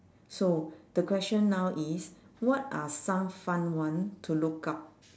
so the question now is what are some fun one to look up